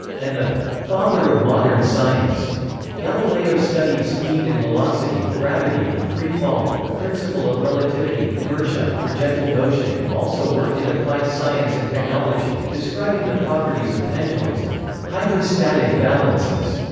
and the father of modern science galileo studied speed and velocity, gravity and free fall, the principle of relativity, inertia, projectile motion and also worked in applied science and technology, describing the properties of pendulums and hydrostatic balances,